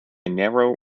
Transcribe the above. narrow